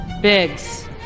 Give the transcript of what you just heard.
Biggs